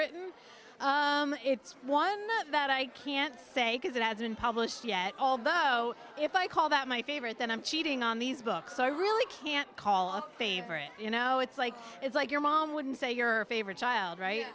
written it's one minute that i can't say because it has been published yet although if i call that my favorite then i'm cheating on these books i really can't call a favorite you know it's like it's like your mom wouldn't say your favorite child right